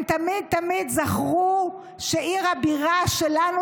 הם תמיד תמיד זכרו שעיר הבירה שלנו,